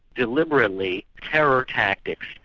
deliberately, terror tactics.